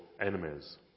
enemies